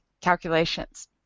calculations